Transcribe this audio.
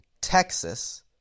Texas